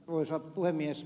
arvoisa puhemies